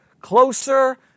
closer